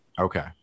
Okay